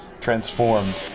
transformed